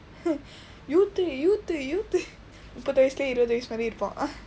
youthu youthu youthu முப்பது வயசில இருவது வயசு மாதிறி இருப்போம்:muppathu vayasila iruvathu vayasu maathiri iruppoom